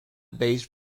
based